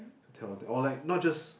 to tell the or like not just